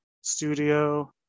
studio